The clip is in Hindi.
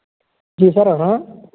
जी सर हाँ